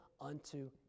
unto